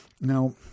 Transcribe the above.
Now